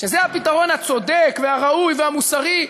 שזה הפתרון הצודק והראוי והמוסרי,